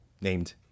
named